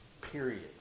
period